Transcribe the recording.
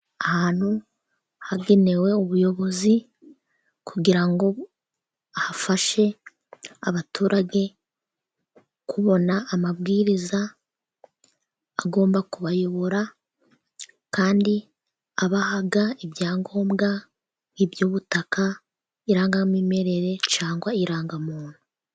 Ahantu hagenewe ubuyobozi, kugira ngo hafashe abaturage kubona amabwiriza agomba kubayobora, kandi abaha ibyangombwa nk'iby'ubutaka, irangamimerere cyangwa irangamuntu.